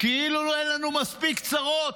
כאילו אין לנו מספיק צרות.